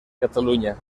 catalunya